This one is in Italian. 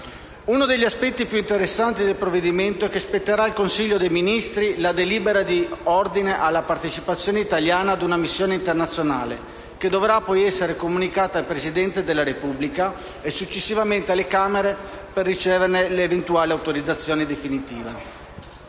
Uno degli aspetti più interessanti del provvedimento è che spetterà al Consiglio dei ministri la delibera in ordine alla partecipazione italiana ad una missione internazionale, che dovrà poi essere comunicata al Presidente della Repubblica e successivamente alle Camere, per ricevere l'eventuale autorizzazione definitiva.